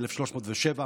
1307,